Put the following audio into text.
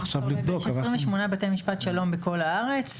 28 בתי משפט שלום בכל הארץ.